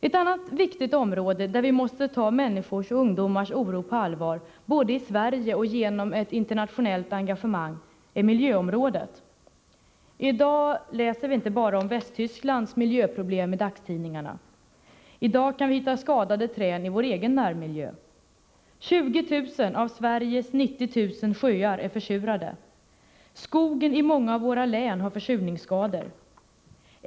Ett annat viktigt område där vi måste ta människors och ungdomars oro på allvar, både i Sverige och genom ett internationellt engagemang, är miljöområdet. I dag läser vi inte bara om Västtysklands miljöproblem i dagstidningarna. I dag kan vi hitta skadade träd i vår egen närmiljö. 20 000 av Sveriges 90 000 sjöar är försurade. Skogen i många av våra län har försurningsskador.